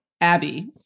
Abby